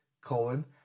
colon